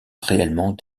réellement